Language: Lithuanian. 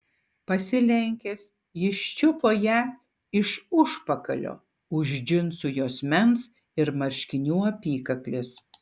pasilenkęs jis čiupo ją iš užpakalio už džinsų juosmens ir marškinių apykaklės